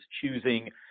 choosing